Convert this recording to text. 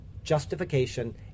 justification